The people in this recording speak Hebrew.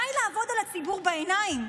די לעבוד על הציבור בעיניים.